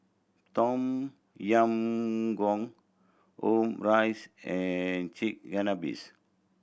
Tom Yam Goong Omurice and Chigenabe